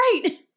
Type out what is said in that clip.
great